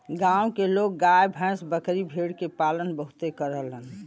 गांव के लोग गाय भैस, बकरी भेड़ के पालन बहुते करलन